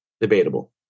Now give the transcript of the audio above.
debatable